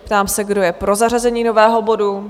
Ptám se, kdo je pro zařazení nového bodu?